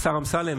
השר אמסלם,